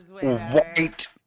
white